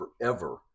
forever